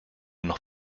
noch